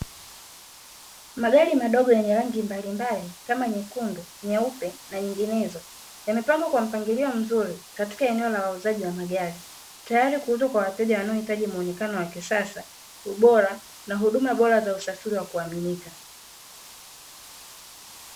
Magari madogo yenye rangi mbali mbali kama nyekundu, nyeupe na nyinginezo, yamepangwa kwa mpangilio mzuri katika eneo la wauzaji wa magari, tayari kuuza kwa wateja wanaohitaji muonekano wa kisasa, ubora na huduma bora za usafiri wa kuaminika.